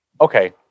Okay